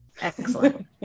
Excellent